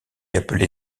appelé